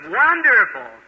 wonderful